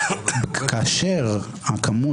כאשר המקום